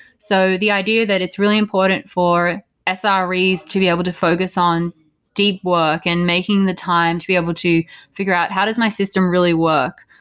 so the idea that it's really important for ah sres to be able to focus on deep work and making the time to be able to figure out how does my system really work?